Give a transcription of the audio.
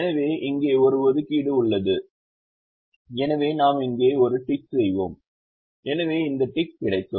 எனவே இங்கே ஒரு ஒதுக்கீடு உள்ளது எனவே நாம் இங்கே ஒரு டிக் செய்வோம் எனவே இந்த டிக் கிடைக்கும்